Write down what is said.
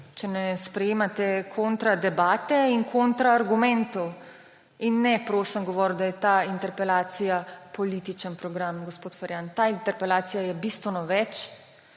Če ne sprejemate kontra debate in kontra argumentov. In ne, prosim, govoriti, da je ta interpelacija politični program, gospod Ferjan. Ta interpelacija je bistveno več.